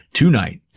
tonight